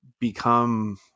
become